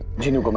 genie